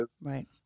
Right